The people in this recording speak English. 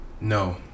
No